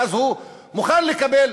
ואז הוא מוכן לקבל